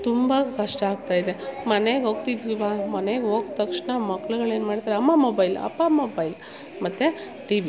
ತುಂಬ ಕಷ್ಟ ಆಗ್ತ ಇದೆ ಮನೇಗೆ ಹೋಗ್ತಿದ್ ಮನೆಗೆ ಹೋದ್ ತಕ್ಷಣ ಮಕ್ಳುಗಳು ಏನು ಮಾಡ್ತಾರೆ ಅಮ್ಮ ಮೊಬೈಲ್ ಅಪ್ಪ ಮೊಬೈಲ್ ಮತ್ತು ಟಿವಿ